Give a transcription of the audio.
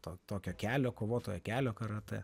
to tokio kelio kovotojo kelio karatė